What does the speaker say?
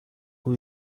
who